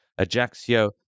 Ajaxio